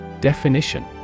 Definition